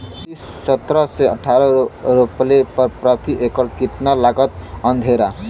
बासमती सत्रह से अठारह रोपले पर प्रति एकड़ कितना लागत अंधेरा?